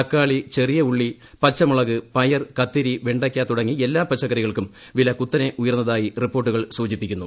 തക്കാളി ചെറിയ ഉള്ളി പച്ചമുളക് പയർ കത്തിരി വെ യ്ക്ക തുടങ്ങി എല്ലാ പച്ചക്കറികൾക്കും വില കുത്തനെ ഉയർന്നതായി റിപ്പോർട്ടുകൾ ് സൂചിപ്പിക്കുന്നു